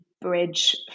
bridge